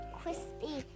crispy